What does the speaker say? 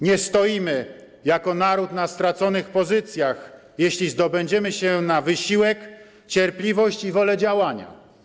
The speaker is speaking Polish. Nie stoimy jako naród na straconych pozycjach, jeśli zdobędziemy się na wysiłek, cierpliwość i wolę działania.